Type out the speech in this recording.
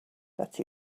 that